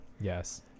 Yes